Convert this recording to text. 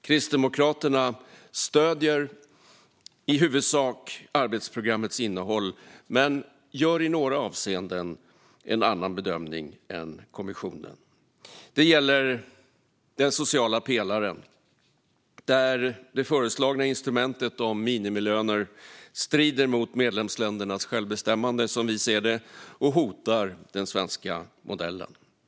Kristdemokraterna stöder i huvudsak arbetsprogrammets innehåll men gör i några avseenden en annan bedömning än kommissionen. Det gäller den sociala pelaren, där det föreslagna instrumentet om minimilöner strider mot medlemsländernas självbestämmande, som vi ser det, och hotar den svenska modellen.